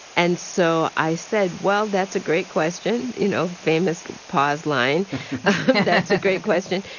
and so i said, well, that's a great question you know, famous pause line that's a great question.